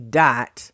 dot